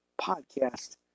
Podcast